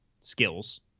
skills